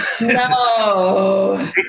No